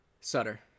Sutter